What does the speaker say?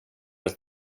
ett